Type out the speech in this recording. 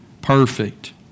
perfect